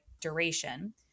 duration